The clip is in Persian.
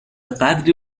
قدری